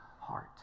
heart